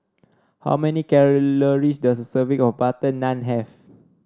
how many calories does a serving of butter naan have